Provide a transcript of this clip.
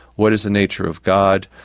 what is the nature of god,